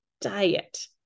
diet